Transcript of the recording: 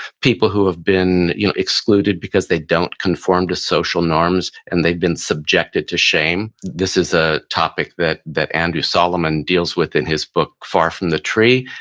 people who have been you know excluded because they don't conform to social norms and they've been subjected to shame. this is a topic that that andrew solomon deals with in his book, far from the tree,